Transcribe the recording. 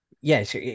yes